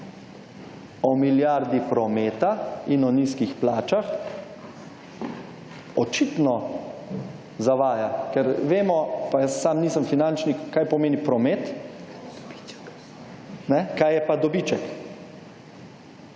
o milijardi prometa in o nizkih plačah, očitno zavaja, ker vemo, pa jaz sam nisem finančnik, kaj pomeni promet, kaj je pa dobiček.